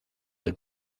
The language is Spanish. del